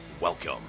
Welcome